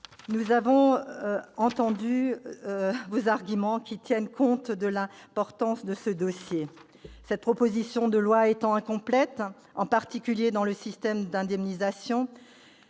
nous avons entendu vos arguments, qui tiennent compte de l'importance de ce dossier. Cette proposition de loi étant incomplète, en particulier dans le système d'indemnisation,